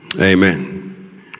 Amen